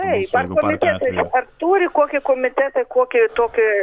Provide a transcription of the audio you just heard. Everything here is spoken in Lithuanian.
taip ar komitetai ar turi kokį komitetą kokį tokią